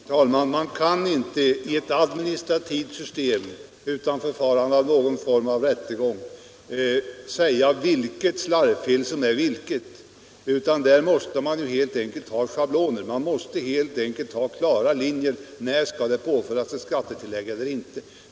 Herr talman! Man kan inte i ett administrativt system utan någon form av rättegångsförfarande ange vilket slarvfel som är vilket, utan där behövs schabloner. Man måste helt enkelt ha klara linjer att gå efter så att man vet när skattetillägg skall eller inte skall påföras.